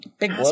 Big